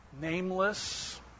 Nameless